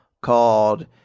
called